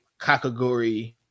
kakagori